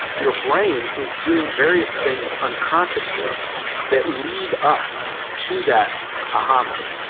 your brain is doing various things unconsciously that lead up to that aha moment.